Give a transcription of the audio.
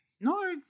No